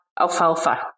alfalfa